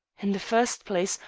in the first place,